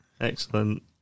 Excellent